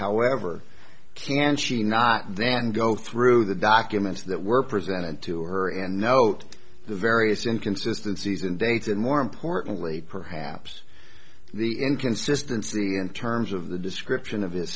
however can she not then go through the documents that were presented to her and note the various and consistencies and dates and more importantly perhaps the inconsistency in terms of the description